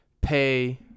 pay